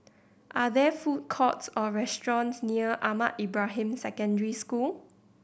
are there food courts or restaurants near Ahmad Ibrahim Secondary School